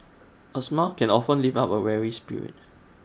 A smile can often lift up A weary spirit